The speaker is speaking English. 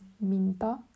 minta